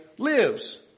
Lives